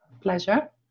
pleasure